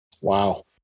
Wow